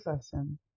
session